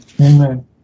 Amen